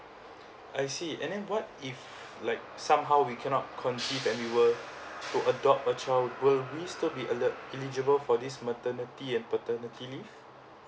I see and then what if like somehow we cannot conceive and we were to adopt a child will we still be eli~ eligible for this maternity and paternity leave